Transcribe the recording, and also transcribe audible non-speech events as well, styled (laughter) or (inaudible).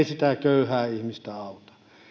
(unintelligible) sitä köyhää ihmistä auta